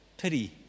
pity